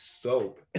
soap